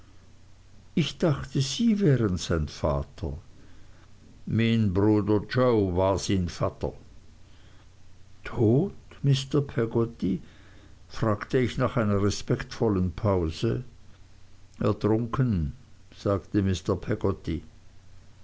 ich dachte sie wären sein vater mien bruder joe war sien vadder tot mr peggotty fragte ich nach einer respektvollen pause ertrunken sagte mr